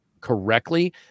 correctly